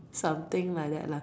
something like that lah